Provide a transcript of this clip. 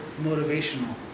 motivational